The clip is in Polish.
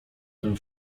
tym